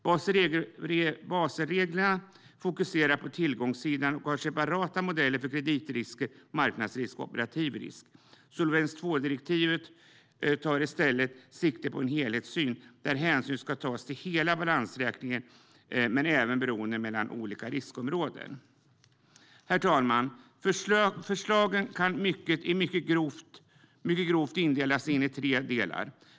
Baselreglerna fokuserar på tillgångssidan och har separata modeller för kreditrisker, marknadsrisk och operativ risk. Solvens II-direktivet tar i stället sikte på en helhetssyn där hänsyn ska tas till hela balansräkningen men även till beroenden mellan olika riskområden. Herr talman! Förslagen kan mycket grovt delas in i tre delar.